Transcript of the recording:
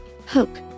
Hook